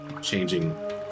changing